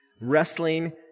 wrestling